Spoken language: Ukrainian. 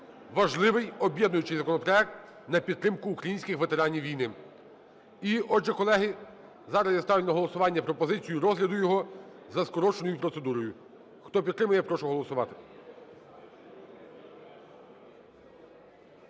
Важливий, об'єднуючий законопроект на підтримку українських ветеранів війни. І, отже, колеги, зараз я ставлю на голосування пропозицію розгляду його за скороченою процедурою. Хто підтримує, я прошу голосувати.